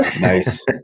Nice